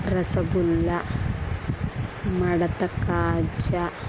rasgulla madatha కాజ